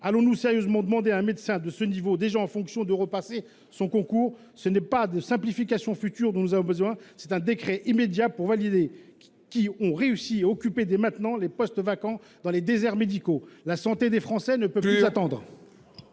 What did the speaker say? Allons-nous sérieusement demander à un médecin de ce niveau, déjà en fonction de repasser son concours ? Ce n'est pas de simplification future dont nous avons besoin. C'est un décret immédiat pour valider qui ont réussi à occuper dès maintenant les postes vacants dans les déserts médicaux. La santé des Français ne peut plus attendre.